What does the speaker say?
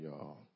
y'all